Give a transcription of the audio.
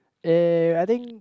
eh I think